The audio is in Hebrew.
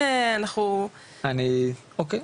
אוקיי.